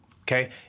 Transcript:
Okay